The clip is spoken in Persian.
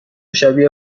شبیه